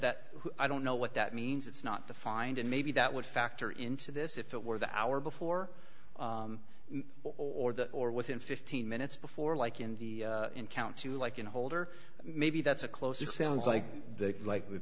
that i don't know what that means it's not the find and maybe that would factor into this if it were the hour before or the or within fifteen minutes before like in the in count two like in holder maybe that's a close it sounds like the like the